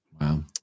wow